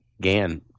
Gan